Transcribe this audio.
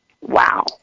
Wow